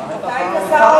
אתה היית שר אוצר.